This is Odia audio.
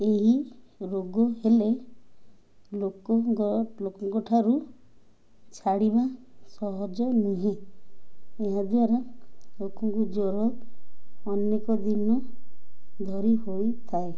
ଏହି ରୋଗ ହେଲେ ଲୋକଙ୍କ ଲୋକଙ୍କ ଠାରୁ ଛାଡ଼ିବା ସହଜ ନୁହେଁ ଏହାଦ୍ୱାରା ଲୋକଙ୍କୁ ଜ୍ୱର ଅନେକ ଦିନ ଧରି ହୋଇଥାଏ